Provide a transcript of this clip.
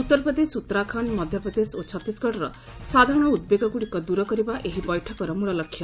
ଉତ୍ତରପ୍ରଦେଶ ଉତ୍ତରାଖଣ୍ଡ ମଧ୍ୟପ୍ରଦେଶ ଓ ଛତିଶଗଡ଼ର ସାଧାରଣ ଉଦ୍ବେଗଗୁଡ଼ିକ ଦୂର କରିବା ଏହି ବୈଠକର ମୂଲ ଲକ୍ଷ୍ୟ